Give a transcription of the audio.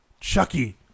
Chucky